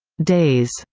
days,